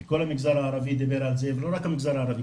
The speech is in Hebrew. כל המגזר הערבי דיבר על זה ולא רק המגזר הערבי,